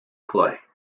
clay